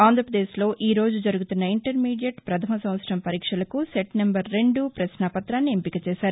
ఆంధ్రాపదేశ్లో ఈరోజు జరుగుతున్న ఇంటర్మీదియట్ ప్రధమ సంవత్సరం పరీక్షలకు సెట్ నెంబర్ రెండు పశ్నాపతాన్ని ఎంపిక చేశారు